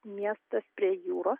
miestas prie jūros